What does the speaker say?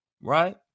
right